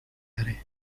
daré